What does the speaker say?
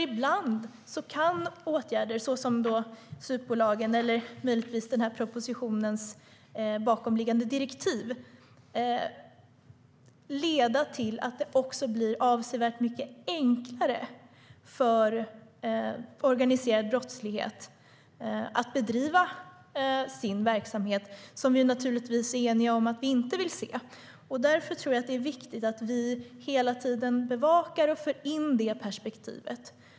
Ibland kan åtgärder, såsom SUP-bolagen eller möjligtvis denna propositions bakomliggande direktiv, leda till att det också blir avsevärt mycket enklare för organiserad brottslighet att bedriva sin verksamhet, vilket vi givetvis är eniga om att vi inte vill. Därför är det viktigt att vi hela tiden bevakar och för in detta perspektiv.